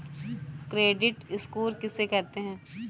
Credit score किसे कहते हैं?